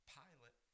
pilot